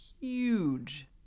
huge